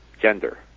gender